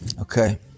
Okay